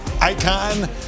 icon